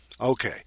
Okay